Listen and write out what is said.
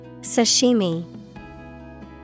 Sashimi